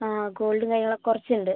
ആ ഗോൾഡും കാര്യങ്ങള് കുറച്ച് ഉണ്ട്